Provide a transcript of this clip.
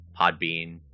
Podbean